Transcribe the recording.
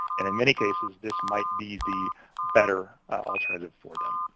and in many cases this might be the better alternative for them.